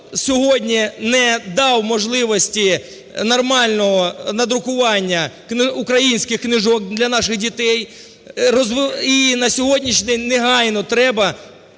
сьогодні не дав можливості нормального надрукування українських книжок для наших дітей. І на сьогоднішній день негайно треба